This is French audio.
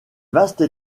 vastes